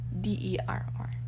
D-E-R-R